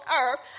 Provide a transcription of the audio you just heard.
earth